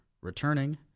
returning